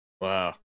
Wow